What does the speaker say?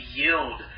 yield